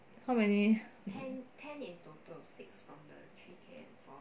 how many